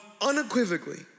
unequivocally